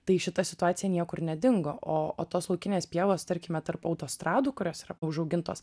tai šita situacija niekur nedingo o o tos laukinės pievos tarkime tarp autostradų kurios yra užaugintos